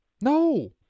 No